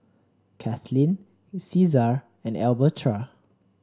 Katlynn Caesar and Elberta